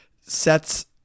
sets